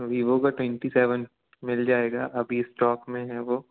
Vivo का twenty seven मिल जाएगा अभी स्टॉक में है वह